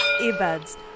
Earbuds